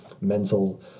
mental